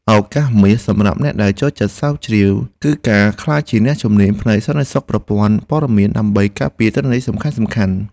ឱកាសមាសសម្រាប់អ្នកដែលចូលចិត្តស្រាវជ្រាវ គឺការក្លាយជាអ្នកជំនាញផ្នែកសន្តិសុខប្រព័ន្ធព័ត៌មានដើម្បីការពារទិន្នន័យសំខាន់ៗ។